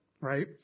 right